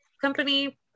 company